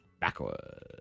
Backwards